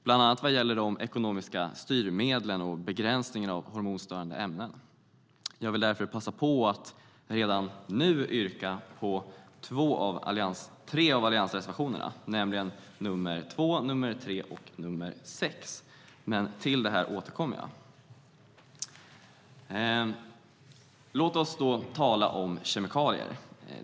Bland annat gäller det de ekonomiska styrmedlen och begränsningen av hormonstörande ämnen. Jag yrkar därför redan nu på tre av alliansreservationerna, nr 2, 3 och 6, men jag återkommer till detta. Låt oss då tala om kemikalier.